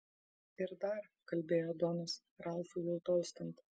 ir dar kalbėjo donas ralfui jau tolstant